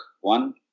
One